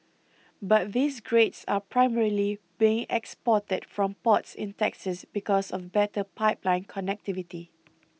but these grades are primarily being exported from ports in Texas because of better pipeline connectivity